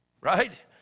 right